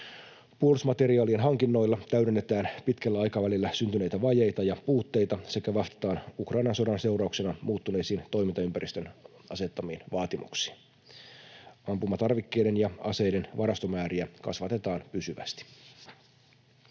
Puolustusmateriaalien hankinnoilla täydennetään pitkällä aikavälillä syntyneitä vajeita ja puutteita sekä vastataan Ukrainan sodan seurauksena muuttuneisiin toimintaympäristön asettamiin vaatimuksiin. Ampumatarvikkeiden ja aseiden varastomääriä kasvatetaan pysyvästi.